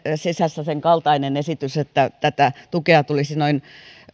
sisässä sen kaltainen esitys että tätä tukea tulisi noin